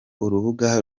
urubuga